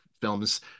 films